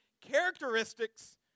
characteristics